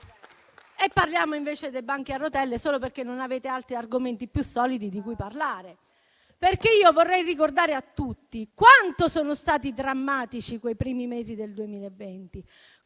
E parliamo invece dei banchi a rotelle, solo perché non avete altri argomenti più solidi da trattare. Vorrei ricordare a tutti quanto sono stati drammatici quei primi mesi del 2020,